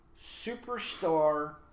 superstar